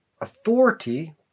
authority